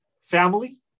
family